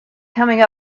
coming